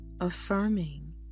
affirming